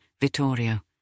Vittorio